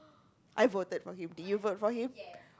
I voted for him did you vote for him